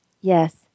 Yes